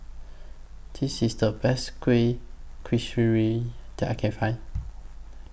This IS The Best Kueh Kasturi that I Can Find